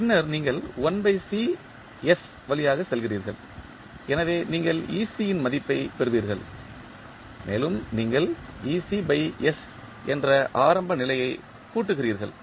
பின்னர் நீங்கள் வழியாகச் செல்கிறீர்கள் எனவே நீங்கள் இன் மதிப்பைப் பெறுவீர்கள் மேலும் நீங்கள் என்ற ஆரம்ப நிலையை கூட்டுகிறீர்கள்